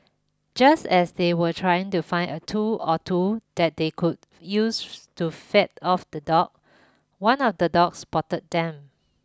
just as they were trying to find a tool or two that they could use to fed off the dog one of the dogs spotted them